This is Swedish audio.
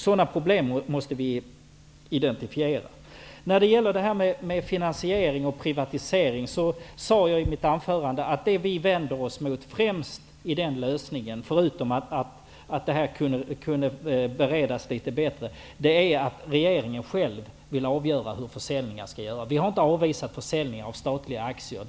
Sådana problem måste vi identifiera. När det gäller finansiering och privatisering sade jag i mitt anförande att det vi vänder oss emot i den lösningen -- förutom att det här kunde beredas litet bättre -- främst är att regeringen själv vill avgöra hur försäljningar skall göras. Vi har inte avvisat försäljningar av statliga aktier.